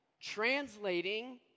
translating